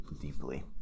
deeply